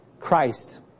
Christ